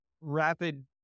rapid